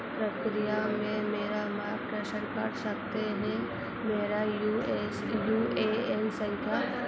प्रक्रिया में मेरा मार्गदर्शन कर सकते हैं मेरा U S U A N संख्या